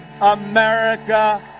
America